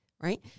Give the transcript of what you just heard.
right